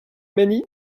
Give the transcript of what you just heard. many